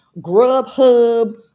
grubhub